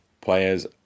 Players